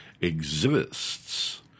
exists